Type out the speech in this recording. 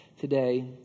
today